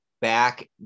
back